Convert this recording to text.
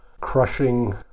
crushing